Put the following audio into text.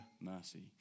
mercy